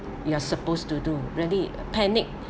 you are supposed to do really panic